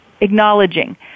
acknowledging